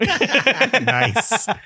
Nice